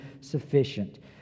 sufficient